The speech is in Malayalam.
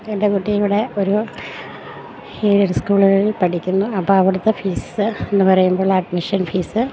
എൻ്റെ കുട്ടി ഇവിടെ ഒരു എയ്ഡഡ് സ്കൂളിൽ പഠിക്കുന്നു അപ്പോള് അവിടുത്തെ ഫീസ് എന്നു പറയുമ്പോൾ അഡ്മിഷൻ ഫീസ്